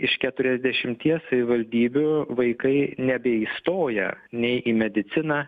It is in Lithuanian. iš keturiasdešimties savivaldybių vaikai nebeįstoja nei į mediciną